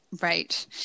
Right